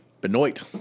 Benoit